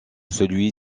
celui